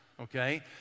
okay